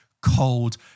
cold